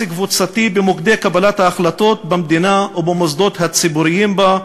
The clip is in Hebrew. קבוצתי במוקדי קבלת ההחלטות במדינה ובמוסדות הציבוריים בה,